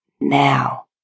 now